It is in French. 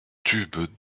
tubes